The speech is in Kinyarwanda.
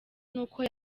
n’uko